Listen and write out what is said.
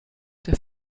der